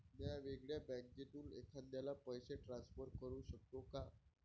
म्या वेगळ्या बँकेतून एखाद्याला पैसे ट्रान्सफर करू शकतो का?